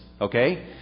Okay